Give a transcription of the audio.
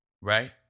right